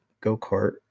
go-kart